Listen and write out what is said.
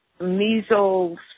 measles